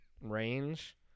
range